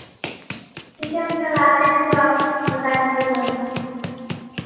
ठीक है हम कल आते हैं तो आप बता दीजिएगा हमें